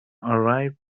arrived